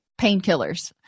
painkillers